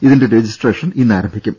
ഇതിന്റെ രജിസ്ട്രേഷൻ ഇന്നാരംഭിക്കും